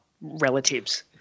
relatives